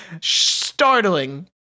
startling